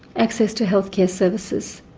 access to healthcare services.